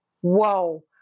Whoa